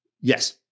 Yes